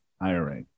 IRA